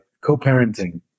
co-parenting